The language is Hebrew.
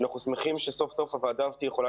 שאנחנו שמחים שסוף סוף הוועדה הזאת יכולה